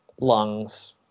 lungs